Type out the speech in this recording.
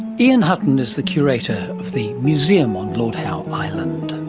ian hutton is the curator of the museum on lord howe island